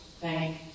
thank